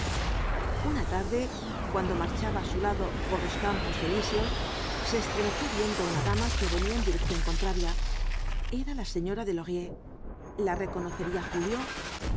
una tarde cuando marchaba á su lado por los campos elíseos se estremeció viendo á una dama que reñía en dirección contraria era la señora de laurier la reconocería julio